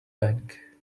bank